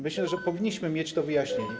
Myślę, że powinniśmy mieć to wyjaśnienie.